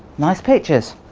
nice pictures!